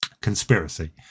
Conspiracy